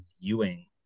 viewing